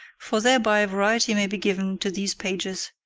for thereby variety may be given to these pages,